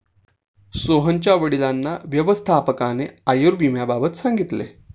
सोहनच्या वडिलांना व्यवस्थापकाने आयुर्विम्याबाबत सांगितले